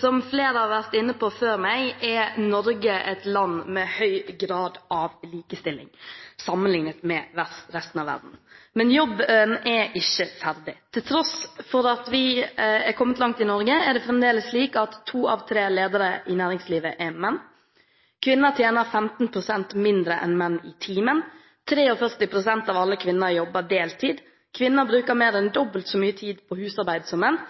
Som flere har vært inne på før meg, er Norge et land med høy grad av likestilling sammenlignet med resten av verden. Men jobben er ikke ferdig. Til tross for at vi er kommet langt i Norge, er det fremdeles slik at to av tre ledere i næringslivet er menn, kvinner tjener 15 pst. mindre enn menn i timen, 43 pst. av alle kvinner jobber deltid, kvinner bruker mer enn dobbelt så mye tid på husarbeid som menn,